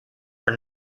are